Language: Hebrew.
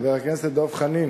חבר הכנסת דב חנין,